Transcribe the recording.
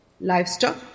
Livestock